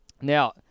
Now